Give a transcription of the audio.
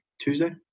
Tuesday